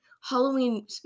Halloween